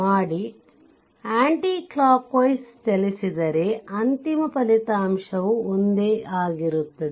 ಮಾಡಿ anti clockwise ಚಲಿಸಿದರೆ ಅಂತಿಮ ಫಲಿತಾಂಶವು ಒಂದೇ ಆಗಿರುತ್ತದೆ